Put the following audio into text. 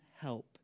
help